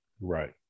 Right